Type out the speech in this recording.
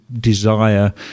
desire